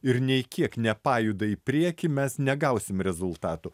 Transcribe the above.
ir nei kiek nepajuda į priekį mes negausim rezultatų